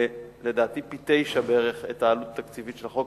לדעתי, פי-תשעה בערך את העלות התקציבית של החוק,